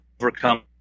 overcome